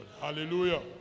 Hallelujah